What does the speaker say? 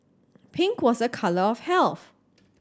pink was a colour of health